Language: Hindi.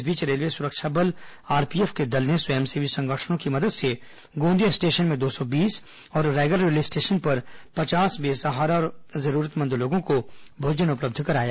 इस बीच रेलवे सुरक्षा बल आरपीएफ के दल ने स्वयंसेवी संगठनों की मदद से गोंदिया स्टेशन में दो सौ बीस और रायगढ़ रेलवे स्टेशन पर पचास बेसहारा और जरूरतमंद लोगों को भोजन उपलब्ध कराया